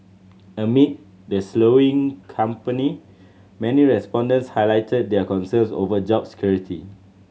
amid the slowing company many respondents highlighted their concerns over job security